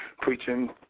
preaching